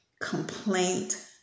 complaint